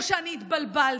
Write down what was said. או שאני התבלבלתי?